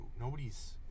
Nobody's